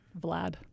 Vlad